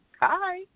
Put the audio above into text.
Hi